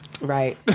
Right